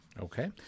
Okay